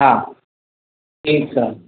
हा ठीकु आहे